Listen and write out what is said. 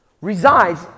resides